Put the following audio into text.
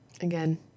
Again